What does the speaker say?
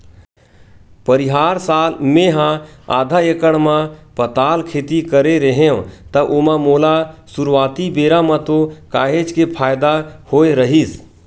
परिहार साल मेहा आधा एकड़ म पताल खेती करे रेहेव त ओमा मोला सुरुवाती बेरा म तो काहेच के फायदा होय रहिस